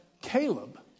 Caleb